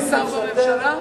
כשר בממשלה?